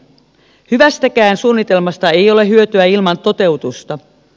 hyvästäkään suunnitelmasta ei ole hyötyä ilman toteutusta